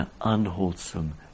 unwholesome